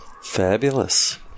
Fabulous